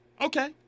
Okay